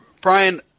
Brian